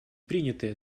приняты